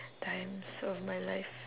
times of my life